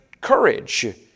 courage